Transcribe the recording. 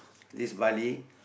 this Bali